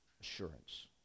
assurance